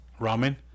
Ramen